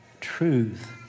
truth